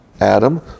Adam